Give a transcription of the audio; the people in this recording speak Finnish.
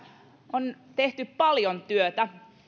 on tehty paljon työtä